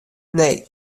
nee